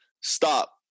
stop